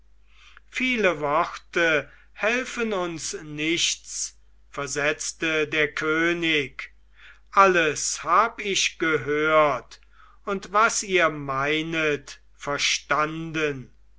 viele worte helfen uns nichts versetzte der könig alles hab ich gehört und was ihr meinet verstanden